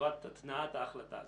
לטובת התנעת ההחלטה הזאת.